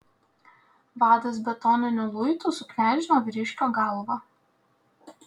vadas betoniniu luitu suknežino vyriškio galvą